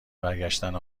برگشتن